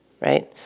right